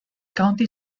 county